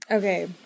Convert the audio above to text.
Okay